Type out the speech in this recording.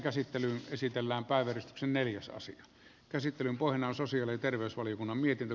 käsittelyn pohjana on sosiaali ja terveysvaliokunnan mietintö